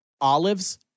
olives